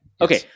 Okay